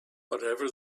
whatever